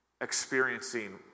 experiencing